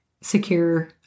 secure